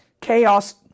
chaos